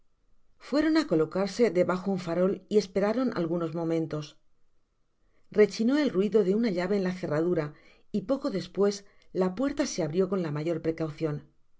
fueron á colocarse debajo de un farol y esperaron algunos momentos rechinó el ruido de una llave en la cerradura y poco despues la puerta se abrió con la mayor precaucion